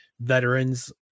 veterans